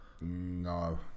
No